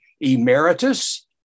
Emeritus